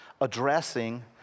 addressing